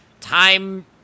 time